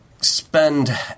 spend